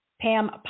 Pam